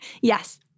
Yes